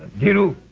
you don't.